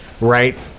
right